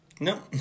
No